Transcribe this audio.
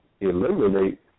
eliminate